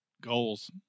goals